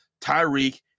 Tyreek